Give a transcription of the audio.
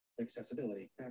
accessibility